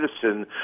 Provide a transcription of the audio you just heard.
citizen